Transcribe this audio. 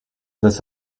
this